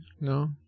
No